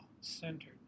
centered